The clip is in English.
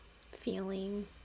feeling